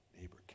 neighbor